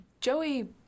Joey